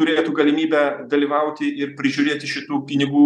turėtų galimybę dalyvauti ir prižiūrėti šitų pinigų